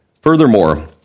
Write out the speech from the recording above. Furthermore